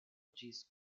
ĝis